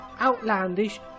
outlandish